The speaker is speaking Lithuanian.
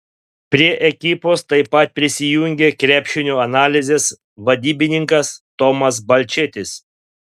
prie ekipos taip pat prisijungė krepšinio analizės vadybininkas tomas balčėtis